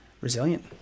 resilient